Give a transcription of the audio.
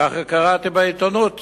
כך קראתי בעיתונות